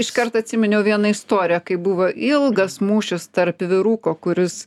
iškart atsiminiau vieną istoriją kai buvo ilgas mūšis tarp vyruko kuris